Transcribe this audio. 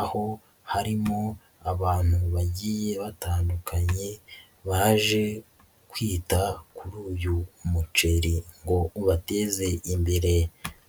aho harimo abantu bagiye batandukanye baje kwita kuri uyu muceri ngo ubateze imbere.